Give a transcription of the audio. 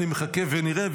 אני מחכה ונראה,